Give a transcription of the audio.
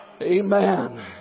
Amen